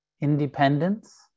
independence